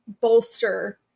bolster